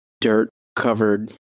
dirt-covered